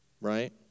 right